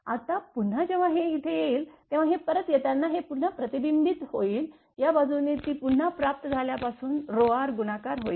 आता पुन्हा जेव्हा हे इथे येईल तेव्हा हे परत येताना हे पुन्हा प्रतिबिंबित होईल या बाजूने ती पुन्हा प्राप्त झाल्या पासून r गुणाकार होईल